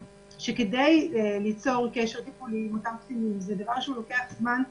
שכדי ליצור קשר טיפולי עם אותם קטינים זה דבר שלוקח זמן.